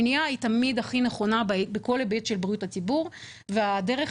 מניעה היא תמיד הכי נכונה בכל היבט של בריאות הציבור והדרך